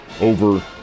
over